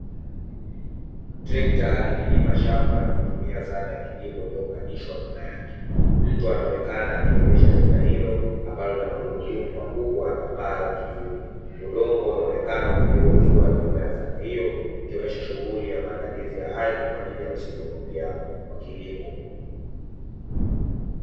Trekta likilima shamba likitumia zana ya kilimo iliyounganishwa nyuma yake. Mtu anaonekana akiendesha trekta hilo ambalo lina magurudumu makubwa, na paa la kivuli. Udongo unaonekana ukigeuzwa nyuma ya zana hiyo, ikionyesha shughuli ya maandalizi ya ardhi, kwa ajili ya msimu mpya wa kilimo.